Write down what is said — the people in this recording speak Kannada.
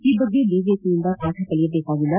ಈ ಬಗ್ಗೆ ಬಿಜೆಪಿಯಿಂದ ಪಾಕ ಕಲಿಯಬೇಕಾಗಿಲ್ಲ